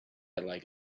like